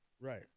Right